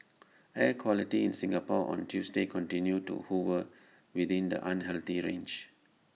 air quality in Singapore on Tuesday continues to hover within the unhealthy range